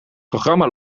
programma